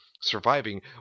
surviving